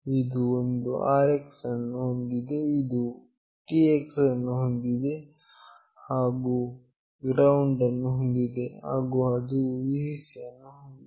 ಇದು ಒಂದು RX ಅನ್ನು ಹೊಂದಿದೆ ಅದು TX ಅನ್ನು ಹೊಂದಿದೆ ಅದು GND ಯನ್ನು ಹೊಂದಿದೆ ಹಾಗು ಅದು Vcc ಯನ್ನು ಹೊಂದಿದೆ